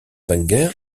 wenger